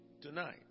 tonight